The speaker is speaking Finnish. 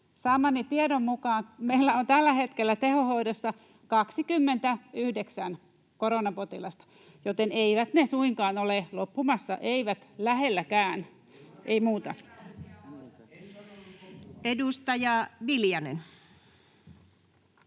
Saamani tiedon mukaan meillä on tällä hetkellä tehohoidossa 29 koronapotilasta, joten eivät ne suinkaan ole loppumassa, eivät lähelläkään. — Ei muuta.